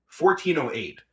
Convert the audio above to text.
1408